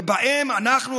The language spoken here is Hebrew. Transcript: ובהם אנחנו,